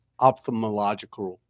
ophthalmological